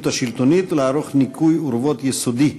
השלטונית ולערוך ניקוי אורוות יסודי.